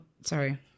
sorry